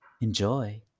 enjoy